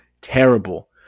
terrible